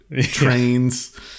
trains